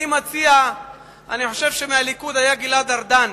אני חושב שמהליכוד היה גלעד ארדן,